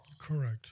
Correct